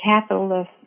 capitalist